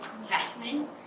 investment